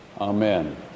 Amen